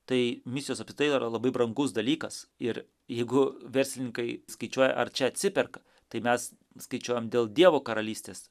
tai misijos apskritai yra labai brangus dalykas ir jeigu verslininkai skaičiuoja ar čia atsiperka tai mes skaičiuojam dėl dievo karalystės